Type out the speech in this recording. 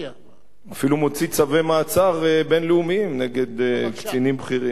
הוא אפילו מוציא צווי מעצר בין-לאומיים נגד קצינים בכירים.